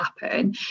happen